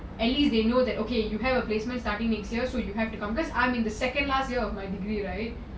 at least they know that okay you have a placement starting next year so you have to come back I'm in the second last year of my degree right